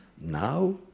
Now